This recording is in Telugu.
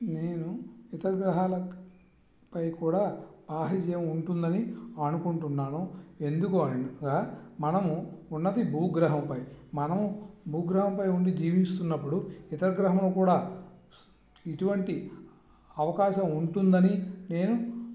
నేను ఇతర గ్రహాలపై కూడా ఆక్సిజన్ ఉంటుందని అనుకుంటున్నాను ఎందుకు అనగా మనం ఉన్నది భూగ్రహంపై మనం భూగ్రహంపై ఉండి జీవిస్తున్నప్పుడు ఇతర గ్రహములు కూడా అవకాశం ఉంటుందని నేను